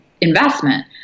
investment